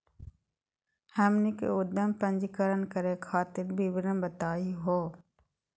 हमनी के उद्यम पंजीकरण करे खातीर विवरण बताही हो?